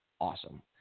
awesome